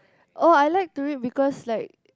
oh I like to read because like